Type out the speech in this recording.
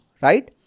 right